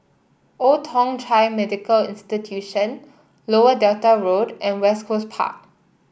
Old Thong Chai Medical Institution Lower Delta Road and West Coast Park